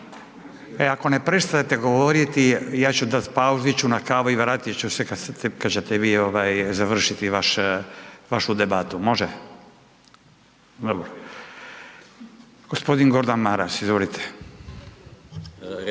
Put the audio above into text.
E, ako ne prestajete govoriti, ja ću dati pauzu, ići ću na kavu i vratit ću se kad ćete vi završiti vašu debatu, može? Dobro. G. Gordan Maras, izvolite.